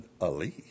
Ali